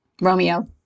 Romeo